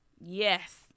Yes